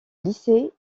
lycée